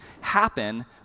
happen